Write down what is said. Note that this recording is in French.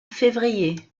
février